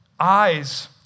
eyes